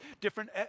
different